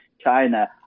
China